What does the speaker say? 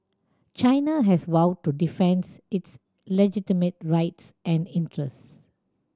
China has vowed to defends its legitimate rights and interests